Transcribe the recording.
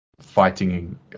fighting